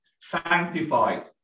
sanctified